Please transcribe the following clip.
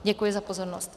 Děkuji za pozornost.